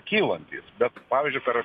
kylantys bet pavyzdžiui per